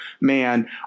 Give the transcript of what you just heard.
man